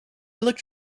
looked